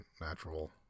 natural